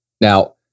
Now